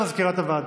בבקשה, מזכירת הכנסת.